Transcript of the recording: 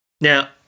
Now